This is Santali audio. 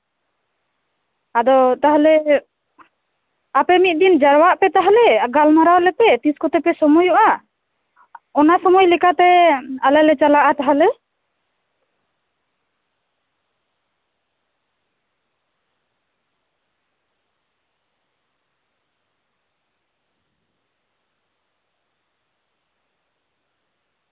ᱟᱫᱚ ᱛᱟᱦᱞᱮ ᱟᱯᱮ ᱢᱤᱫ ᱫᱤᱱ ᱡᱟᱨᱣᱟᱜ ᱯᱮ ᱛᱟᱞᱦᱮ ᱟᱨ ᱜᱟᱞᱢᱟᱨᱟᱣ ᱞᱮᱯᱮ ᱛᱤᱥ ᱠᱚᱛᱮᱯᱮ ᱥᱚᱢᱚᱭᱚᱜᱼᱟ ᱚᱱᱟ ᱥᱚᱢᱚᱭ ᱞᱮᱠᱟᱛᱮ ᱟᱞᱮ ᱞᱮ ᱪᱟᱞᱟᱜᱼᱟ ᱛᱟᱞᱦᱮ